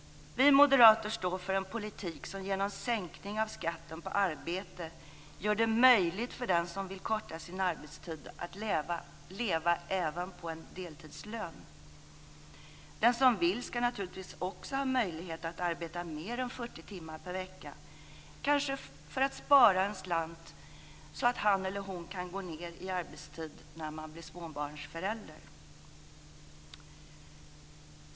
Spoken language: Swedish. Vi moderater står för en politik som genom sänkning av skatten på arbete gör det möjligt för den som vill korta sin arbetstid att leva även på en deltidslön. Den som vill ska naturligtvis också ha möjlighet att arbeta mer än 40 timmar per vecka, kanske för att spara en slant så att man kan gå ned i arbetstid när man blir småbarnsförälder.